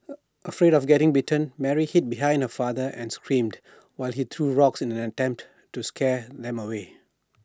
afraid of getting bitten Mary hid behind her father and screamed while he threw rocks in an attempt to scare them away